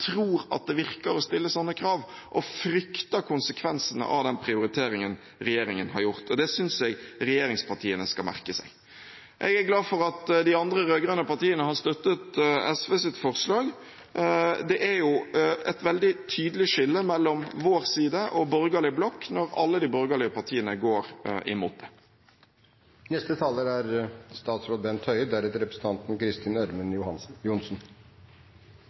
tror at det virker å stille slike krav – og frykter konsekvensene av den prioriteringen regjeringen har gjort. Det synes jeg regjeringspartiene skal merke seg. Jeg er glad for at de andre rød-grønne partiene har støttet SVs forslag. Det er et veldig tydelig skille mellom vår side og borgerlig blokk når alle de borgerlige partiene går imot det. Regjeringen er